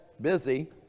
busy